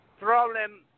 problem